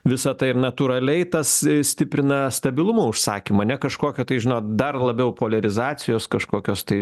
visa tai ir natūraliai tas stiprina stabilumo užsakymą ne kažkokio tai žinot dar labiau poliarizacijos kažkokios tai